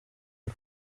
ako